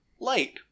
light